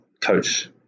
coach